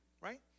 Right